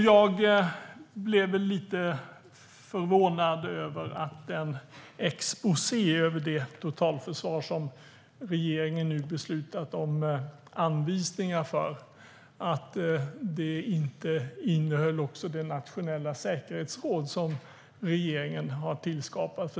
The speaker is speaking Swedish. Jag blev lite förvånad över att exposén över totalförsvaret, som regeringen beslutat om anvisningar för, inte innehåller det nationella säkerhetsråd som regeringen har tillskapat.